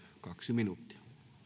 kaksi minuuttia